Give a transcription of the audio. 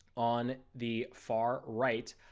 on the far right,